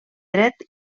dret